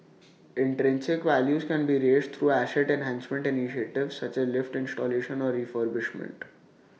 intrinsic values can be raised through asset enhancement initiatives such as lift installation or refurbishment